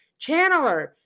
Channeler